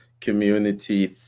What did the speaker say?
Community